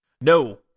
No